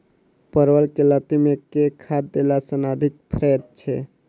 परवल केँ लाती मे केँ खाद्य देला सँ अधिक फरैत छै?